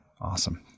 awesome